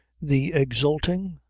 the exulting,